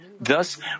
Thus